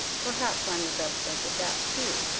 perhaps i am the best judge of that, too!